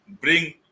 bring